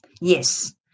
Yes